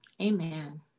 Amen